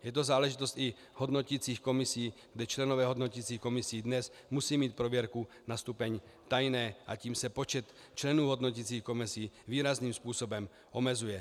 Je to záležitost i hodnoticích komisí, kdy členové hodnoticích komisí dnes musí mít prověrku na stupeň tajné a tím se počet členů hodnoticích komisí výrazným způsobem omezuje.